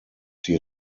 die